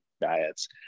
diets